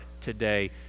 today